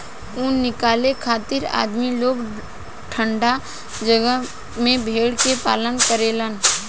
ऊन निकाले खातिर आदमी लोग ठंडा जगह में भेड़ के पालन करेलन